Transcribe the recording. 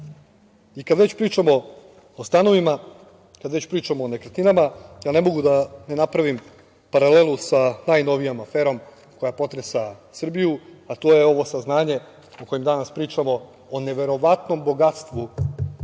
već pričamo o stanovima, kad već pričamo o nekretninama, ja ne mogu da ne napravim paralelu sa najnovijom aferom koja potresa Srbiju, a to je ovo saznanje o kojem danas pričamo, o neverovatnom bogatstvu u